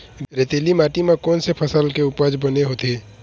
रेतीली माटी म कोन से फसल के उपज बने होथे?